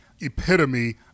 epitome